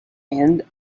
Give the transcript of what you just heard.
and